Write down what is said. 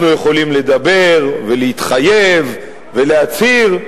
אנחנו יכולים לדבר ולהתחייב ולהצהיר,